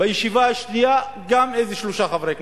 בישיבה השנייה, גם כן איזה שלושה חברי כנסת.